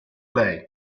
lei